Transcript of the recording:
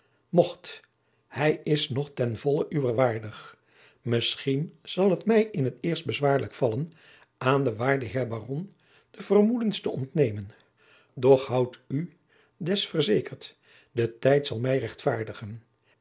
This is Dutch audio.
mocht hij is nog en ten vollen uwer waardig misschien zal het mij in het eerst bezwaarlijk vallen aan den waarden heer baron de vermoedens te ont nemen doch houd u des verz ekerd de tijd zal mij rechtvaardigen